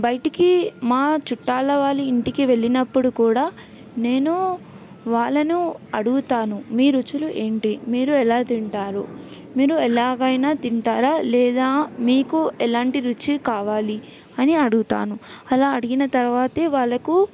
బయటికి మా చుట్టాల వాళ్ళ ఇంటికి వెళ్ళినప్పుడు కూడా నేను వాళ్ళను అడుగుతాను మీ రుచులు ఏంటి మీరు ఎలా తింటారు మీరు ఎలాగైనా తింటారా లేదా మీకు ఎలాంటి రుచి కావాలి అని అడుగుతాను అలా అడిగిన తర్వాతే వాళ్ళకు